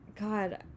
God